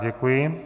Děkuji.